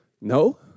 No